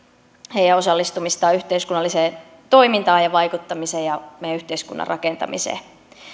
heidän osallistumistaan yhteiskunnalliseen toimintaan ja vaikuttamiseen ja meidän yhteiskunnan rakentamiseen